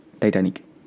Titanic